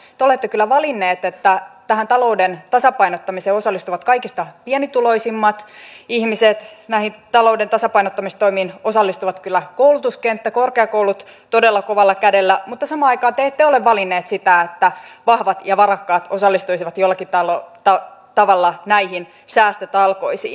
te olette kyllä valinneet että tähän talouden tasapainottamiseen osallistuvat kaikista pienituloisimmat ihmiset näihin talouden tasapainottamistoimiin osallistuvat kyllä koulutuskenttä korkeakoulut todella kovalla kädellä mutta samaan aikaan te ette ole valinneet sitä että vahvat ja varakkaat osallistuisivat jollakin tavalla näihin säästötalkoisiin